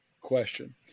question